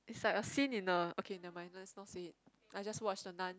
is like a scene in a okay nevermind let's not say it I just watched the Nun